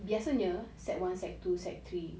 biasanya sec one sec two sec three